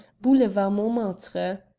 boulevard montmartre